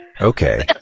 okay